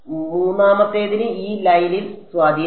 മൂന്നാമത്തേതിന് ഈ ലൈനിൽ സ്വാധീനമില്ല